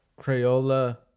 crayola